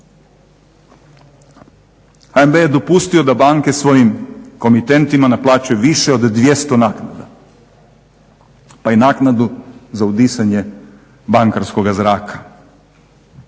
HNB je dopustio da banke svojim komitentima naplaćuju više od 200 naknada, pa i naknadu za udisanje bankarskoga zraka.